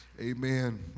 Amen